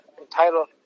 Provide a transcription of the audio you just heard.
entitled